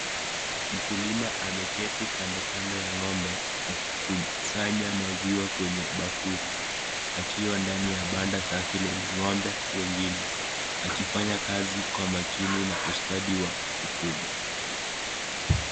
Mkulima ameketi kando kando ya ng'ombe akikusanya maziwa kwenye bakuli akiwa ndani ya banda safi lenye ng'ombe wengine akifanya kazi kwa makini na ustadi wa kufuga.